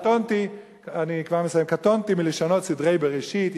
אבל קטונתי מלשנות סדרי בראשית.